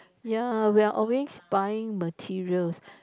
ya we are always buying materials